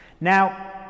Now